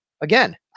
again